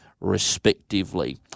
respectively